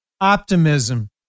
optimism